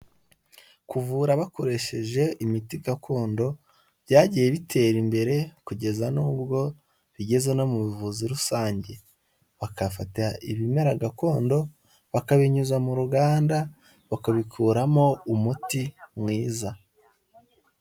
Kuvura bakoresheje imiti gakondo byagiye bitera imbere, kugeza n'ubwo bigeze no mu buvuzi rusange. Bakafata ibimera gakondo, bakabinyuza mu ruganda, bakabikuramo umuti mwiza.